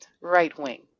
right-wing